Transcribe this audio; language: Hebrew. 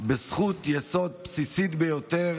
בזכות יסוד בסיסית ביותר